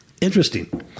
Interesting